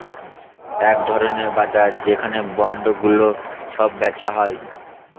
এক ধরনের বাজার যেখানে বন্ডগুলো সব বেচা হয়